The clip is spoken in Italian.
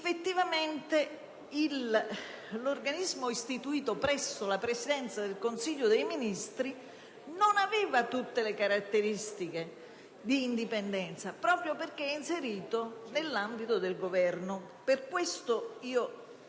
Effettivamente, l'organismo istituito presso la Presidenza del Consiglio dei Ministri non aveva tutte le caratteristiche di indipendenza, proprio perché inserito nell'ambito del Governo. Per questo con